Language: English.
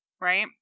right